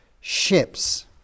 ships